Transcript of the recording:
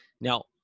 Now